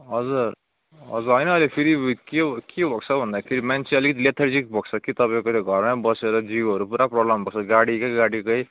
हजुर हजुर होइन अहिले फेरि के के भएको छ भन्दाखेरि मान्छे अलिक लेथर्जिक भएको छ कि तपाईँको त्यो घरमै बसेर जिउहरू पुरा प्रोब्लम हुन्छ गाडीकै गाडीकै